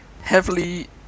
heavily